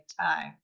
time